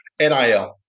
nil